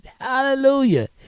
Hallelujah